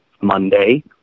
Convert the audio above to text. Monday